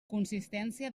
consistència